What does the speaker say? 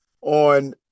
on